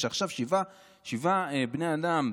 שעכשיו שבעה בני אדם,